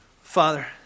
Father